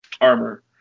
armor